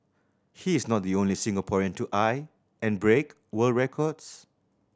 he is not the only Singaporean to eye and break world records